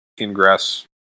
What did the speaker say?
ingress